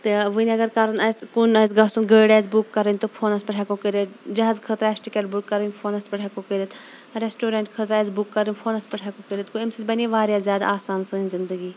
تہٕ ؤنۍ اَگَر کَرُن آسہِ کُن آسہِ گَژھُن گٲڑۍ آسہِ بُک کَرٕنۍ تہٕ فونَس پیٹھ ہیٚکو کٔرِتھ جہاز خٲطرٕ آسہِ ٹکٹ بُک کَرٕنۍ فونَس پیٹھ ہیٚکو کٔرِتھ ریٚسٹورنٹ خٲطرٕ آسہِ بُک کَرُن فونَس پیٹھ ہیٚکو کٔرِتھ گوٚو امہِ سۭتۍ بَنے واریاہ زیادٕ آسان سٲنۍ زِندَگی